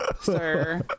sir